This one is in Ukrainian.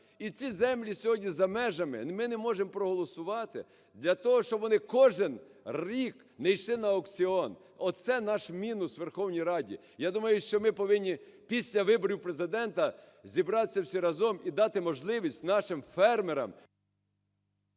і ці землі сьогодні, за межами, ми не можемо проголосувати, для того щоб вони кожен рік не йшли на аукціон. Оце наш мінус, Верховній Раді. Я думаю, що ми повинні після виборів Президента зібратись всі разом і дати можливість нашим фермерам…